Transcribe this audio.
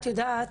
את יודעת,